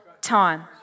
time